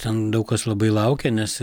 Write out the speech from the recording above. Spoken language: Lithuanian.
ten daug kas labai laukė nes